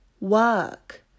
work